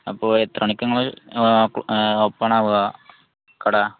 അപ്പോൾ എത്ര മണിക്കാണ് നിങ്ങൾ ഓപ്പൺ ആകുക കട